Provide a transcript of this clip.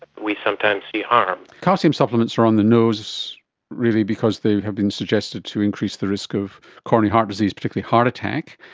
we sometimes see harm. calcium supplements are on the nose really because they have been suggested to increase the risk of coronary heart disease, particularly heart attack.